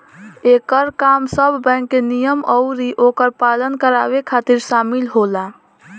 एकर काम सब बैंक के नियम अउरी ओकर पालन करावे खातिर शामिल होला